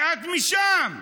שאת משם.